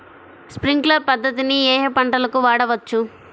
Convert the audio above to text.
Sprinkler పద్ధతిని ఏ ఏ పంటలకు వాడవచ్చు?